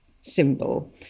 symbol